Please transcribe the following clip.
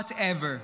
Not ever.